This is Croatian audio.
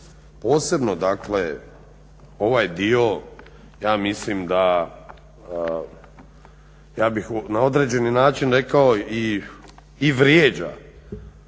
posebno dakle ovaj dio ja mislim da, ja bih na određeni način rekao i vrijeđa,